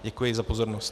Děkuji za pozornost.